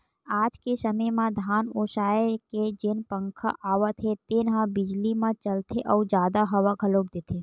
आज के समे म धान ओसाए के जेन पंखा आवत हे तेन ह बिजली म चलथे अउ जादा हवा घलोक देथे